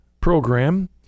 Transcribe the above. program